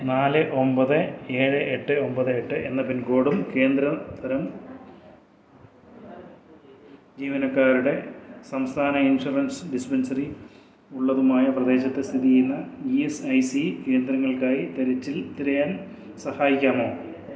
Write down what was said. നാല് ഒമ്പത് ഏഴ് എട്ട് ഒമ്പത് എട്ട് എന്ന പിൻകോഡും കേന്ദ്രം തരം ജീവനക്കാരുടെ സംസ്ഥാന ഇൻഷുറൻസ് ഡിസ്പെൻസറി ഉള്ളതുമായ പ്രദേശത്ത് സ്ഥിതിചെയ്യുന്ന ഇ എസ് ഐ സി കേന്ദ്രങ്ങൾക്കായി തിരച്ചിൽ തിരയാൻ സഹായിക്കാമോ